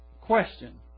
question